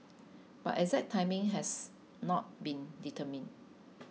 but exact timing has not been determined